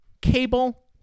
cable